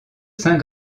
saint